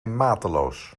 mateloos